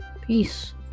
Peace